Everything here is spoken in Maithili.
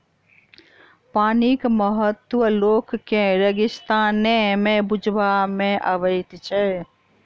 पानिक महत्व लोक के रेगिस्ताने मे बुझबा मे अबैत छै